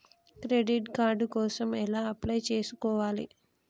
Credit card కోసం ఎలా apply చేసుకోవాలి?